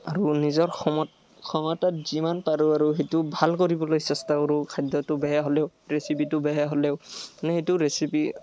আৰু নিজৰ ক্ষম ক্ষমতাত যিমান পাৰোঁ আৰু সেইটো ভাল কৰিবলৈ চেষ্টা কৰোঁ খাদ্যটো বেয়া হ'লেও ৰেচিপিটো বেয়া হ'লেও নে সেইটো ৰেচিপি